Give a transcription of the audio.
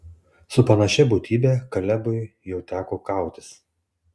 su panašia būtybe kalebui jau teko kautis